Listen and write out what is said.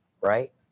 right